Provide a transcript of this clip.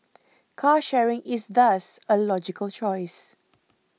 car sharing is thus a logical choice